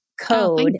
code